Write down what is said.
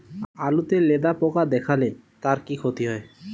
আলুতে লেদা পোকা দেখালে তার কি ক্ষতি হয়?